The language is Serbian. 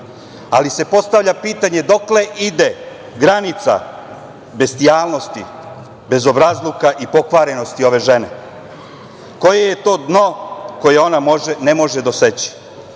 toga. Postavlja se pitanje dokle ide granica bestijalnosti, bezobrazluka i pokvarenosti ove žene? Koje je to dno koje ona ne može dosegnuti?